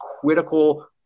critical